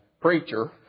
Preacher